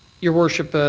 your worship,